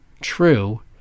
true